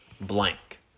blank